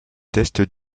tests